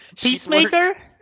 Peacemaker